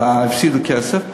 הפסידו כסף,